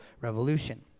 revolution